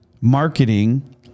marketing